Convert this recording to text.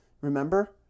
Remember